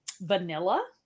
vanilla